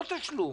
לא תשלום.